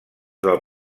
del